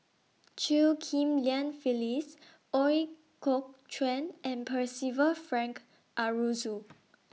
Chew Ghim Lian Phyllis Ooi Kok Chuen and Percival Frank Aroozoo